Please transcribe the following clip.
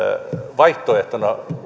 vaihtoehtona